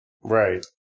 Right